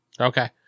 Okay